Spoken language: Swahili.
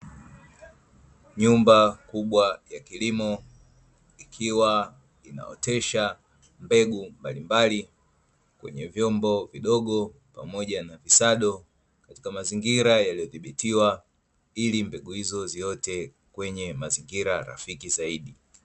Nyumba kubwa ya kilimo, ikiwa inaotesha mbegu mbalimbali kwenye vyombo vidogo pamoja na visado, katika mazingira yaliodhibitiwa ili mbegu hizo ziote kwenye mazingira rafiki zaidi.